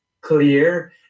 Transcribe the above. clear